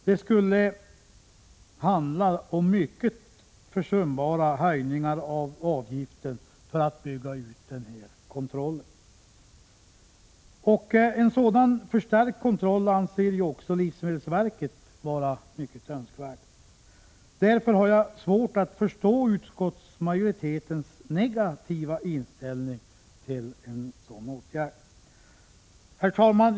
Det handlar alltså om försumbara höjningar av avgiften för att bygga ut kontrollen. En sådan förstärkt kontroll anser också livsmedelsverket mycket önskvärd. Därför har jag svårt att förstå utskottsmajoritetens negativa inställning till en sådan åtgärd. Herr talman!